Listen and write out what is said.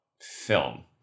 film